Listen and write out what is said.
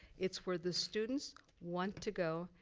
it's where the students want to go,